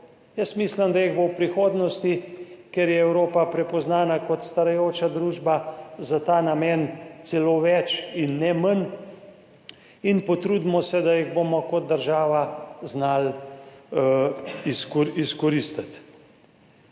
Jaz mislim, da jih bo v prihodnosti, ker je Evropa prepoznana kot starajoča družba, za ta namen celo več in ne manj. In potrudimo se, da jih bomo kot država znali izkoristiti.